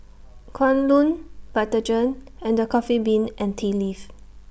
Kwan Loong Vitagen and The Coffee Bean and Tea Leaf